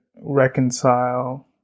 reconcile